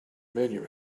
menu